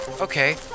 Okay